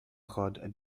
rhodes